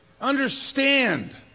Understand